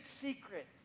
secret